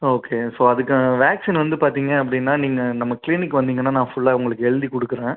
okay so அதுக்கும் vaccine வந்து பார்த்தீங்க அப்படின்னா நீங்கள் நம்ம க்ளீனிக் வந்தீங்கன்னா நான் ஃபுல்லாக உங்களுக்கு எழுதிக்குடுக்குறேன்